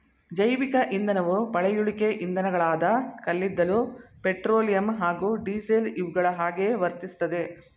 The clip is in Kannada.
ಜೈವಿಕ ಇಂಧನವು ಪಳೆಯುಳಿಕೆ ಇಂಧನಗಳಾದ ಕಲ್ಲಿದ್ದಲು ಪೆಟ್ರೋಲಿಯಂ ಹಾಗೂ ಡೀಸೆಲ್ ಇವುಗಳ ಹಾಗೆಯೇ ವರ್ತಿಸ್ತದೆ